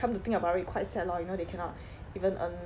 come to think about it quite sad lor you know they cannot even earn